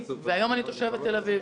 והיום אני תושבת תל אביב.